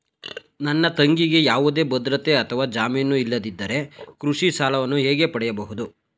ನನ್ನ ತಂಗಿಗೆ ಯಾವುದೇ ಭದ್ರತೆ ಅಥವಾ ಜಾಮೀನು ಇಲ್ಲದಿದ್ದರೆ ಕೃಷಿ ಸಾಲವನ್ನು ಹೇಗೆ ಪಡೆಯಬಹುದು?